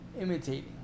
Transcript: imitating